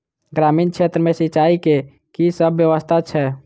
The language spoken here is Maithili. ग्रामीण क्षेत्र मे सिंचाई केँ की सब व्यवस्था छै?